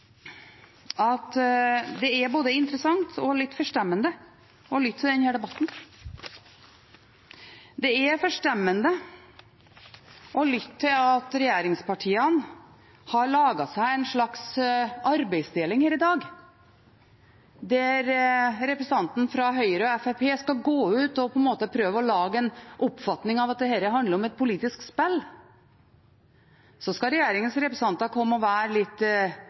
at det er både interessant og litt forstemmende å lytte til denne debatten. Det er forstemmende å lytte til at regjeringspartiene har laget seg en slags arbeidsdeling her i dag. Representantene fra Høyre og Fremskrittspartiet går ut og prøver å lage en oppfatning av at dette handler om et politisk spill. Så kommer regjeringens representanter og er litt